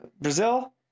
Brazil